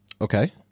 Okay